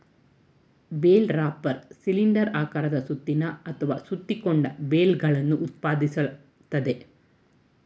bale wrapper cylinder ಆಕಾರದ ಸುತ್ತಿನ ಅಥವಾ ಸುತ್ತಿಕೊಂಡ ಬೇಲ್ಗಳನ್ನು ಉತ್ಪಾದಿಸ್ತದೆ